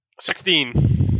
sixteen